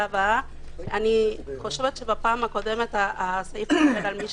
אני חושבת שבפעם הקודמת הסעיף דיבר על מי